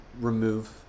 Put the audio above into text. remove